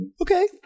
Okay